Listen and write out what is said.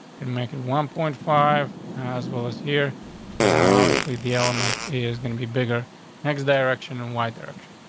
could make it one point five as well is here and now. obviously, the element is gonna be bigger next direction. and why direction?